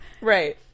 Right